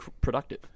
productive